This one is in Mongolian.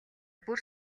бүр